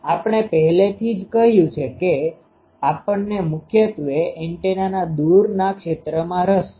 આપણે પહેલેથી જ કહ્યું છે કે આપણને મુખ્યત્વે એન્ટેનાના દૂરના ક્ષેત્રમાં રસ છે